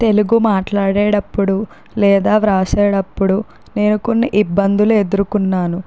తెలుగు మాట్లాడేటప్పుడు లేదా వ్రాసేటప్పుడు నేను కొన్ని ఇబ్బందులు ఎదుర్కొన్నాను